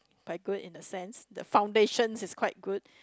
by good in the sense the foundation is quite good